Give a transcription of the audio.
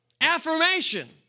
affirmation